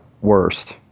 worst